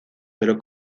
pero